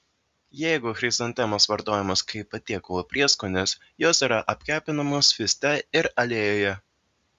jeigu chrizantemos vartojamos kaip patiekalų prieskonis jos yra apkepinamos svieste ir aliejuje